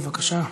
בבקשה.